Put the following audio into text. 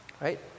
Right